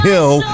Hill